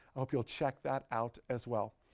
hope you'll check that out as well.